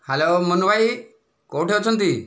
hello Manu ଭାଇ କେଉଁଠି ଅଛନ୍ତି